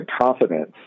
confidence